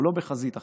הוא לא בחזית אחת,